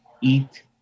eat